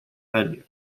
venue